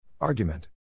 Argument